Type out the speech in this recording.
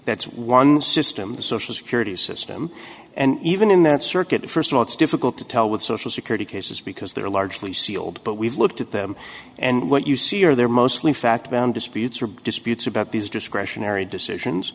that's one system the social security system and even in that circuit first of all it's difficult to tell with social security cases because they're largely sealed but we've looked at them and what you see are there mostly fact bound disputes or disputes about these discretionary decisions